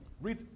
Read